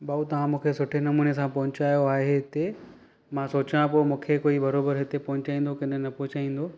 भाउ तव्हां मूंखे सुठे नमूने सां पहुचायो आहे हिते मां सोचां पियो मूंखे कोई बराबरि हिते पहुचाईंदो की न न पहुचाईंदो